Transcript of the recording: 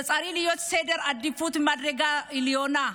זה צריך להיות בסדר העדיפויות במדרגה עליונה.